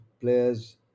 players